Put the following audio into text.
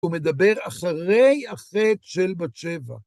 הוא מדבר אחרי החטא של בת שבע.